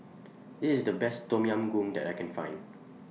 This IS The Best Tom Yam Goong that I Can Find